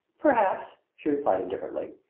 perhaps! she replied indifferently.